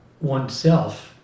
oneself